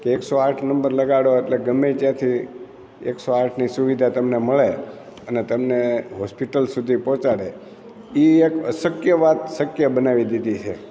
કે એકસો આઠ નંબર લગાડો એટલે ગમે ત્યાંથી એકસો આઠની સુવિધા તમને મળે અને તમને હોસ્પિટલ સુધી પહોંચાડે એ એક અશક્ય વાત શક્ય બનાવી દીધી છે